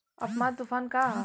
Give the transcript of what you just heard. Amphan तुफान का ह?